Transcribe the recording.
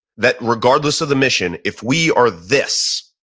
that regardless of the mission, if we are this,